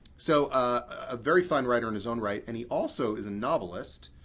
so, a very fine writer in his own right and he also is a novelist.